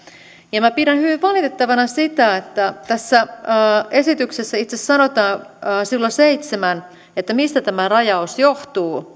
ja minä pidän hyvin valitettavana sitä mitä tässä esityksessä sanotaan sivulla seitsemän siitä mistä tämä rajaus johtuu